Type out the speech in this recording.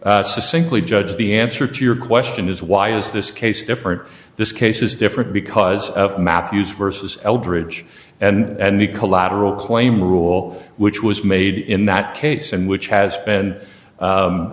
succinctly judge the answer to your question is why is this case different this case is different because of mathews versus eldridge and the collateral claim rule which was made in that case and which has been